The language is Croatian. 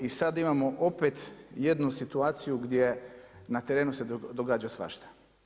I sad imamo opet jednu situaciju gdje na terenu se događa svašta.